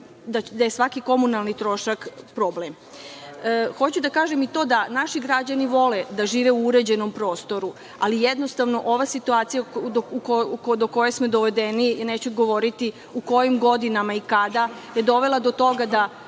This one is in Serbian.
da je svaki komunalni trošak problem. Hoću da kažem i to da naši građani vole da žive u uređenom prostoru, ali jednostavno ova situacija do koje smo dovedeni, neću govoriti u kojim godinama i kada, je dovela do toga da